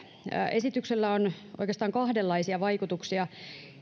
esityksellä on oikeastaan kahdenlaisia vaikutuksia